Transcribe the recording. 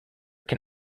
can